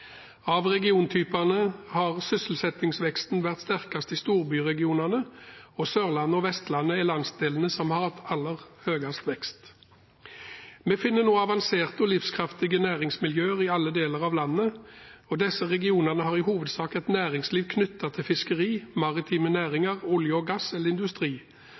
Av regiontypene har sysselsettingsveksten vært sterkest i storbyregionene, og Sørlandet og Vestlandet er landsdelene som har hatt aller høyest vekst. Vi finner nå avanserte og livskraftige næringsmiljøer i alle deler av landet. Disse regionene har i hovedsak et næringsliv knyttet til fiskeri, maritime næringer, olje og gass eller industri,